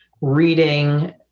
reading